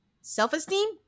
self-esteem